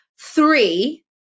three